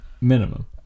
Minimum